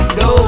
no